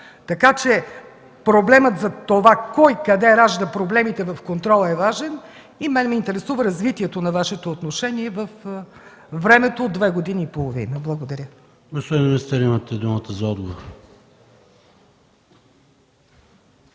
Така че проблемът за това кой къде ражда проблемите в контрола е важен и мен ме интересува развитието на Вашето отношение във времето от две години и половина. Благодаря.